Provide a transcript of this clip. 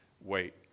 wait